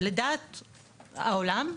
לדעת העולם.